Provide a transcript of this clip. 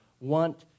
want